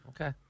Okay